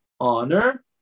honor